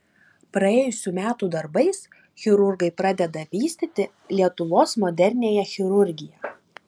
praėjusių metų darbais chirurgai pradeda vystyti lietuvos moderniąją chirurgiją